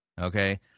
Okay